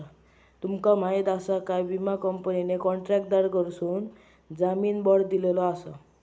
तुमका माहीत आसा काय, विमा कंपनीने कॉन्ट्रॅक्टरकडसून जामीन बाँड दिलेलो आसा